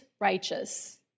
righteous